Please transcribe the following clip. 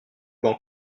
ban